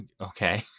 Okay